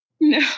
No